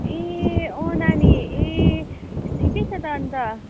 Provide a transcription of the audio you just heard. ए अँ नानी ए ठिकै छ त अन्त